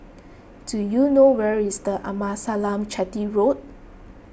do you know where is the Amasalam Chetty Road